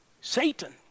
Satan